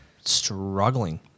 struggling